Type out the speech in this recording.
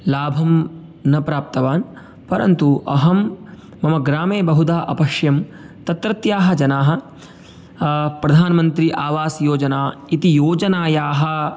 लाभं न प्राप्तवान् परन्तु अहं मम ग्रामे बहुधा अपश्यम् तत्रत्याः जनाः प्रधानमन्त्री आवासयोजना इति योजनायाः